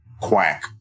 quack